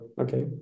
okay